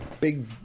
big